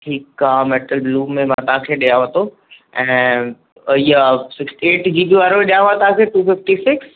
ठीकु आहे metal blue में मां तव्हांखे ॾियाव थो ऐं इहा ऐट जी बी वारो ॾियाव तव्हांखे टू फ़िफ्टी सिक्स